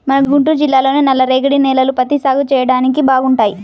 మన గుంటూరు జిల్లాలోని నల్లరేగడి నేలలు పత్తి సాగు చెయ్యడానికి బాగుంటాయి